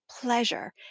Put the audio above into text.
Pleasure